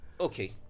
Okay